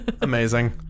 Amazing